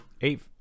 Eight